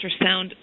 ultrasound